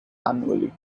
annually